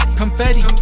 confetti